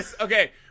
okay